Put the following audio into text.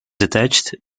attached